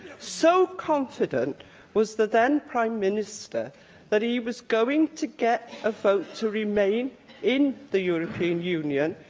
so confident was the then prime minister that he was going to get a vote to remain in the european union,